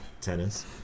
tennis